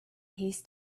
his